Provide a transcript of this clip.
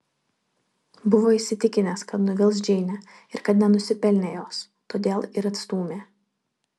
buvo įsitikinęs kad nuvils džeinę ir kad nenusipelnė jos todėl ir atstūmė